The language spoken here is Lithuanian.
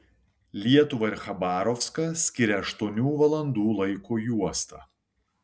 lietuvą ir chabarovską skiria aštuonių valandų laiko juosta